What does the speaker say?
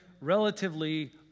relatively